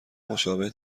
مشابه